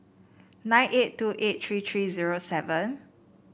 nine eight two eight three three zero seven